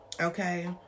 Okay